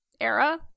era